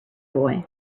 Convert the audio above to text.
boy